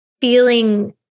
feeling